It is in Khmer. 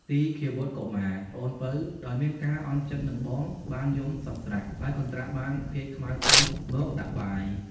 ទីឃាវុត្ត កុមារ (ប្អូនពៅ) ដោយមានការអន់ចិត្តនឹងបង បានយំសស្រាក់ ហើយកន្ត្រាក់បាន ភាជន៍ខ្មៅធំ មកដាក់បាយ។